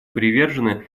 привержены